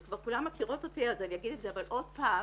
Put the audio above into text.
וכבר כולן מכירות אותי אז אני אגיד את זה עוד פעם